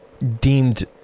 Deemed